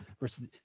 Versus